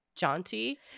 jaunty